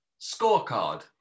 scorecard